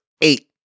eight